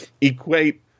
equate